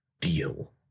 deal